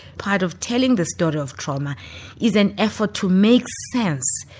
part of telling the story of trauma is an effort to make sense,